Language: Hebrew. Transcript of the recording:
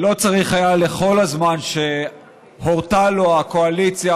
לא צריך היה להקשיב לכל הזמן שהורתה לו הקואליציה,